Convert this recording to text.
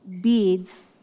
beads